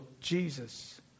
Jesus